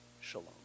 shalom